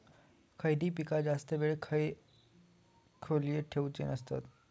खयली पीका जास्त वेळ खोल्येत ठेवूचे नसतत?